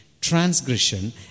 Transgression